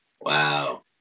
Wow